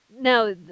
Now